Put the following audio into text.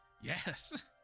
Yes